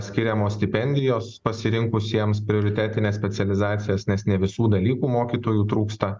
skiriamos stipendijos pasirinkusiems prioritetines specializacijas nes ne visų dalykų mokytojų trūksta